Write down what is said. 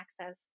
access